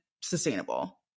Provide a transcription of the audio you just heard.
sustainable